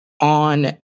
On